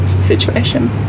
situation